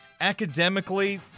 Academically